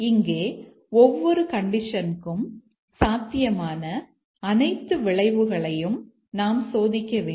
இங்கே ஒவ்வொரு கண்டிஷன்க்கும் சாத்தியமான அனைத்து விளைவுகளையும் நாம் சோதிக்க வேண்டும்